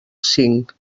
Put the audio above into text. cinc